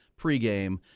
pregame